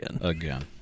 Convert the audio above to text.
Again